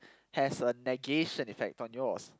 has a negation effect from yours